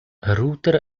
router